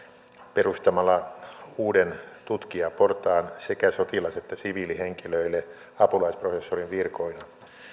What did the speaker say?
perustamalla uuden tutkijaportaan sekä sotilas että siviilihenkilöille apulaisprofessorin virkoina